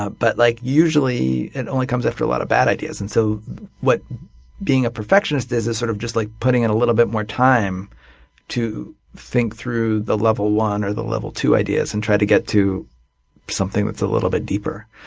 but like usually, it only comes after a lot of bad ideas. and so what being a perfectionist is is sort of just like putting in a little bit more time to think through the level one or the level two ideas and try to get to something that's a little bit deeper.